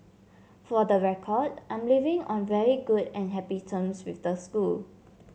for the record I'm leaving on very good and happy terms with the school